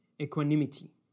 equanimity